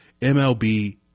MLB